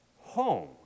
home